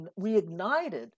reignited